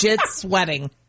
sweating